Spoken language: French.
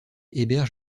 héberge